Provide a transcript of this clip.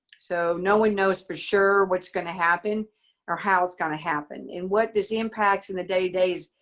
so no one knows for sure what's going to happen or how it's going to happen. and what this impacts in the day-to-days,